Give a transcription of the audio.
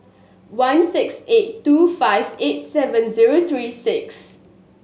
one six eight two five eight seven zero three six